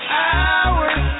hours